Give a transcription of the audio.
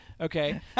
Okay